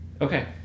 Okay